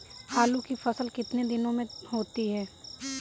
आलू की फसल कितने दिनों में होती है?